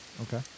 Okay